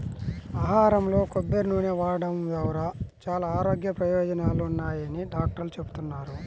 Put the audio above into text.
ఆహారంలో కొబ్బరి నూనె వాడటం ద్వారా చాలా ఆరోగ్య ప్రయోజనాలున్నాయని డాక్టర్లు చెబుతున్నారు